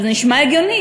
עכשיו, זה נשמע הגיוני.